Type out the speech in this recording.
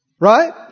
right